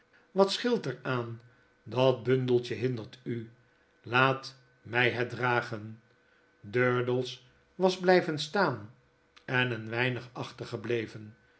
wat scheelt er aan dat bundeltje hindert u laat my het dragen durdels was blyven staan en een weinig achter